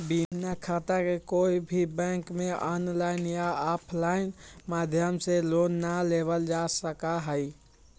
बिना खाता के कोई भी बैंक में आनलाइन या आफलाइन माध्यम से लोन ना लेबल जा सका हई